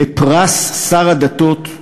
לפרס שר הדתות,